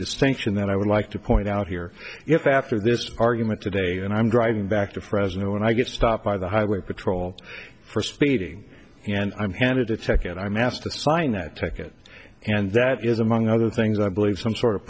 distinction that i would like to point out here if after this argument today and i'm driving back to fresno when i get stopped by the highway patrol for speeding and i'm headed to check and i'm asked to sign that take it and that is among other things i believe some sort of